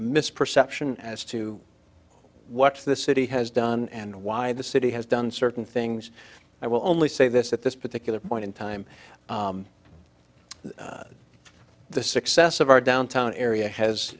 misperception as to what the city has done and why the city has done certain things i will only say this at this particular point in time the success of our downtown area has